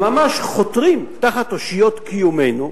שממש חותרים תחת אושיות קיומנו,